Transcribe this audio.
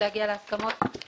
החולה (תשלום מרבי בעד מסירת העתק רשומה רפואית או עיון בה),